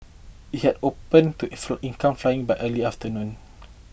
it had opened to income flying by early afternoon